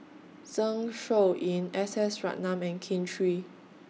Zeng Shouyin S S Ratnam and Kin Chui